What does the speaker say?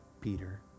Peter